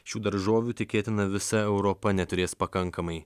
šių daržovių tikėtina visa europa neturės pakankamai